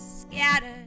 scattered